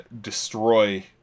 destroy